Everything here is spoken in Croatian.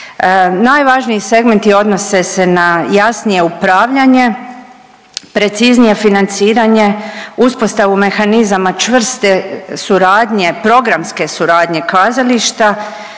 Najvažniji segmenti odnose se na jasnije upravljanje, preciznije financiranje, uspostavu mehanizama čvrste suradnje, programske suradnje kazališta,